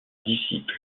disciple